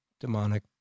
demonic